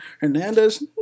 Hernandez